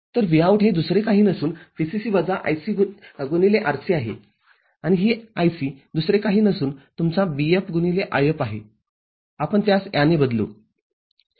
तर Vout हे दुसरे काही नसून VCC वजा ICRC आहे आणि ही IC दुसरे काही नसून तुमचा βFIB आहे आपण त्यास याने बदलू